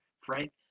Frank